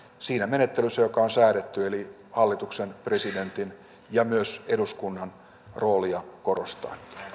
siinä menettelyssä joka on säädetty eli hallituksen presidentin ja myös eduskunnan roolia korostaen